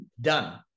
Done